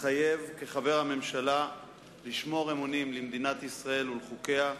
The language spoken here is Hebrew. מתחייב כחבר הממשלה לשמור אמונים למדינת ישראל ולחוקיה,